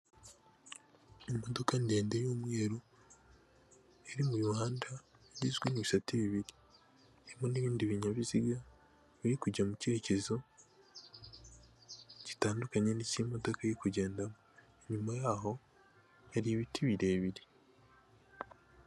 Imodoka ndende y'umweru iri mu muhanda ugizwe n'ibisate bibiri, harimo n'ibindi binyabiziga biri kujya mu cyerekezo gitandukanye n'icy'imodoka iri kugendamo, inyuma yaho hari ibiti birebire.